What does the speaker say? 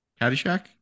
caddyshack